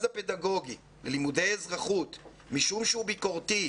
הפדגוגי ללימודי אזרחות משום שהוא ביקורתי,